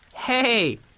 Hey